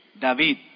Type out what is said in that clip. David